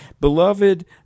Beloved